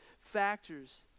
factors